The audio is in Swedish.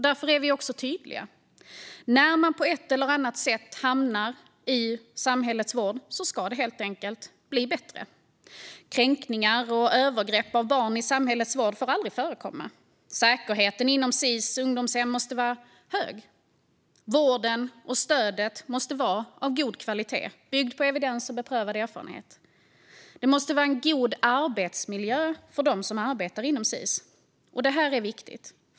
Därför är vi också tydliga. När man på ett eller annat sätt hamnar i samhällets vård ska det helt enkelt bli bättre. Kränkningar och övergrepp mot barn i samhällets vård får aldrig förekomma. Säkerheten inom Sis ungdomshem måste vara hög. Vården och stödet måste vara av god kvalitet, byggd på evidens och beprövad erfarenhet. Det måste vara en god arbetsmiljö för dem som arbetar inom Sis. Det är viktigt.